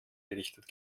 berichtet